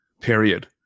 period